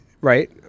Right